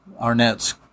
Arnett's